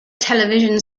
television